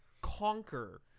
Conquer